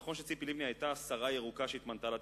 נכון שציפי לבני היתה שרה ירוקה כשהתמנתה לתפקיד,